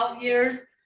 years